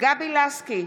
גבי לסקי,